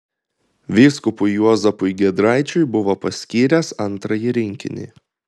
vyskupui juozapui giedraičiui buvo paskyręs antrąjį rinkinį